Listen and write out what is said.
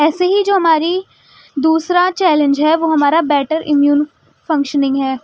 ایسے ہی جو ہماری دوسرا چیلینج ہے وہ ہمارا بیٹر امیون فنکشنگ ہے